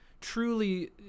Truly